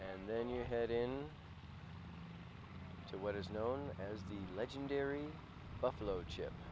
and then you head in to what is known as the legendary buffalo